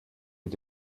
mit